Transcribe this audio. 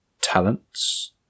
Talents